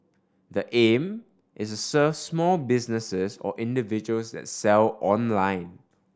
the aim is serve small businesses or individuals that sell online